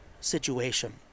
situation